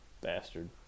bastard